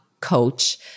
coach